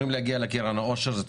אני חושב שכולכם שמעתם על קרן העושר,